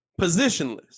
positionless